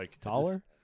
Taller